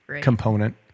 component